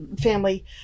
family